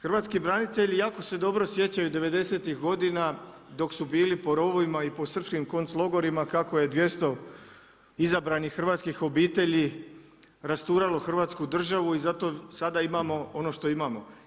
Hrvatski branitelji jako se dobro sjećaju '90.-tih godina dok su bili po rovovima i po srpskim konc logorima kako je 200 izabranih hrvatskih obitelji rasturalo Hrvatsku državu i zato sada imamo ono što imamo.